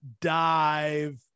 dive